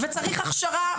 וצריך הכשרה,